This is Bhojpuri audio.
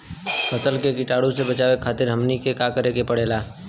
फसल के कीटाणु से बचावे खातिर हमनी के का करे के पड़ेला?